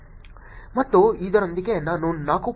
ಮತ್ತು ಇದರೊಂದಿಗೆ ನಾನು 4